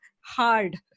hard